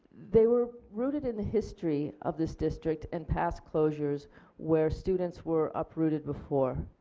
they were rooted in the history of this district and past closures where students were uprooted before.